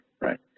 right